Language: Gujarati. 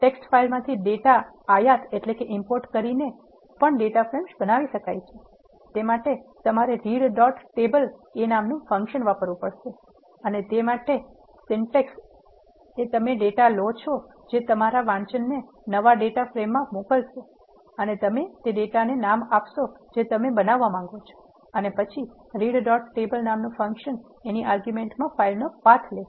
ટેક્સ્ટ ફાઇલમાંથી ડેટા આયાત કરીને પણ ડેટા ફ્રેમ્સ બનાવી શકાય છે તે માટે તમારે રીડ ડોટ ટેબલ નામનું ફંકશન વાપરવું પડશે અને તે માટે સિન્ટેક્સ એ માટે તમે ડેટા લો છો જે તમારા વાંચનને નવા ડેટા ફ્રેમમાં મોકલશે અને તમે તે ડેટા ને નામ આપશો જે તમે બનાવવા માંગો છો અને પછી રીડ ડોટ ટેબલ નામનું ફંકશન ની આર્ગુમેન્ટમાં ફાઇલનો પાથ લેશે